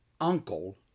uncle